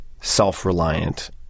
self-reliant